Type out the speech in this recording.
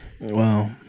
wow